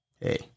hey